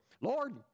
Lord